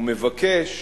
ומבקש